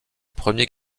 premier